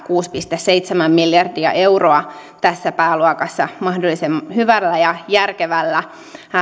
kuusi pilkku seitsemän miljardia euroa tässä pääluokassa mahdollisimman hyvällä ja järkevällä